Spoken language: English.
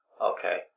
Okay